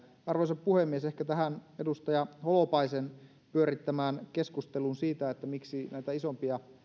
arvoisa puhemies ehkä edustaja holopaisen pyörittämään keskusteluun siitä miksi näitä isompia